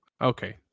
Okay